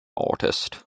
artist